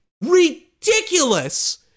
ridiculous